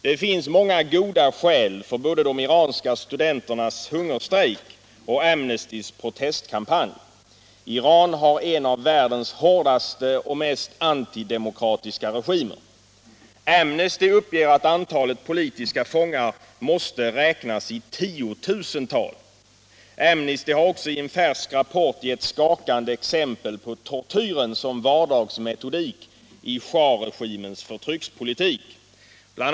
Det finns många goda skäl för både de iranska studenternas hungerstrejk och Amnestys protestkampanj. Iran har en av världens hårdaste och mest antidemokratiska regimer. Amnesty uppger att antalet politiska fångar måste räknas i tiotusental. Amnesty har också i en färsk rapport gett skakande exempel på tortyr som vardagsmetodik i shahregimens förtryckarpolitik. Bl.